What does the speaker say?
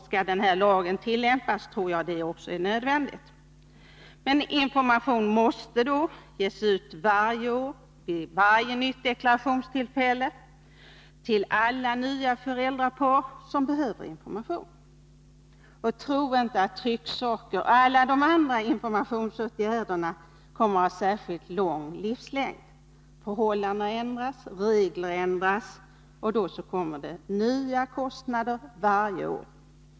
Skall denna lag tillämpas tror jag också att det är nödvändigt. Men information måste ges varje år, vid varje nytt deklarationstillfälle, till alla de nya föräldrapar som behöver information. Och tro inte att trycksaker och alla andra informationsåtgärder kommer att få en särskilt lång livslängd. Förhållanden ändras, regler ändras, och då kommer nya kostnader varje år.